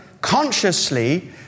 consciously